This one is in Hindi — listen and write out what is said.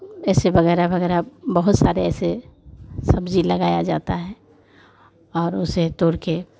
ऐसे वगैरह वगैरह बहुत सारे ऐसी सब्ज़ी लगाया जाता है और उसे तोड़कर